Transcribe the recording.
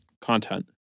content